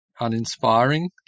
uninspiring